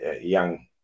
young